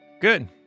Good